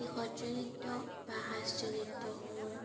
সত্ৰীয়া নৃত্য বা শাস্ত্ৰীয় নৃত্যসমূহ